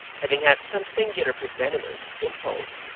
having had some singular presentiment, impulse,